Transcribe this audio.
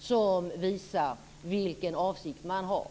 som visar vilken avsikt man har.